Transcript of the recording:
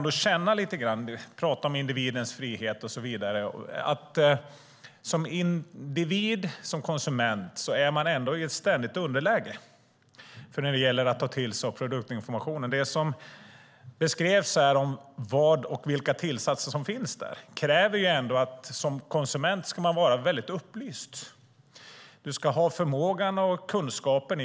Det talas om individens frihet och så vidare, men som konsument är man i ett ständigt underläge när det gäller att ta till sig produktinformationen. För att veta vilka tillsatser som finns krävs att konsumenten är väldigt upplyst. Man ska ha förmågan och kunskapen.